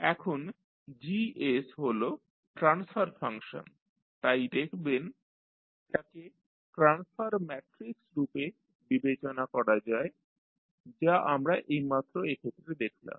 এখন Gs হল transfer function তাই দেখবেন এটাকে ট্রান্সফার ম্যাট্রিক্স রূপে বিবেচনা করা যায় যা আমরা এইমাত্র এক্ষেত্রে দেখলাম